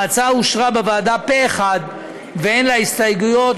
ההצעה אושרה בוועדה פה אחד, ואין לה הסתייגויות.